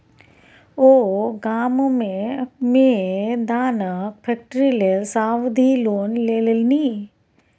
ओ गाममे मे दानाक फैक्ट्री लेल सावधि लोन लेलनि